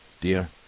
dear